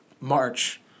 March